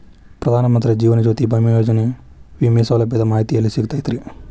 ಪ್ರಧಾನ ಮಂತ್ರಿ ಜೇವನ ಜ್ಯೋತಿ ಭೇಮಾಯೋಜನೆ ವಿಮೆ ಸೌಲಭ್ಯದ ಮಾಹಿತಿ ಎಲ್ಲಿ ಸಿಗತೈತ್ರಿ?